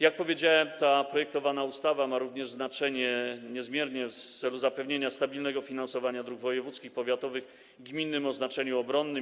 Jak powiedziałem, ta projektowana ustawa ma również znaczenie niezmiernie ważne w celu zapewnienia stabilnego finansowania dróg wojewódzkich, powiatowych, gminnych o znaczeniu obronnym.